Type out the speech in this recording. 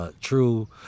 True